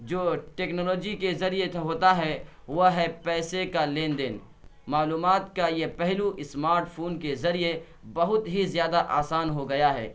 جو ٹیکنالاجی کے ذریعے سے ہوتا ہے وہ ہے پیسے کا لین دین معلومات کا یہ پہلو اسمارٹ فون کے ذریعے بہت ہی زیادہ آسان ہو گیا ہے